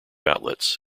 outlets